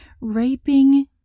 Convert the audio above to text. raping